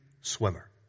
swimmer